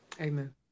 amen